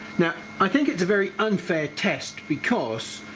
now i think it's a very unfair test because